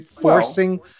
forcing